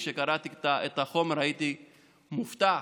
כשקראתי את החומר הייתי מופתע: